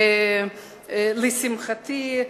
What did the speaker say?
לשמחתי,